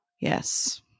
Yes